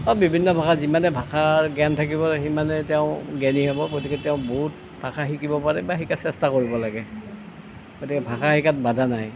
বিভিন্ন ভাষা যিমানেই ভাষাৰ জ্ঞান থাকিব সিমানেই তেওঁ জ্ঞানী হ'ব গতিকে তেওঁ বহুত ভাষা শিকিব পাৰে বা শিকাৰ চেষ্টা কৰিব লাগে গতিকে ভাষা শিকাত বাধা নাই